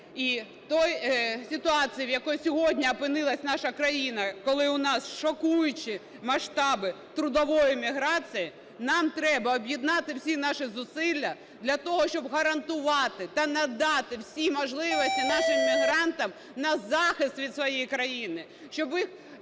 і в тій ситуації, в якій сьогодні опинилася наша країна, коли у нас шокуючі масштаби трудової міграції, нам треба об'єднати всі наші зусилля для того, щоб гарантувати та надати всі можливості нашим мігрантам на захист від своєї країни,